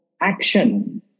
action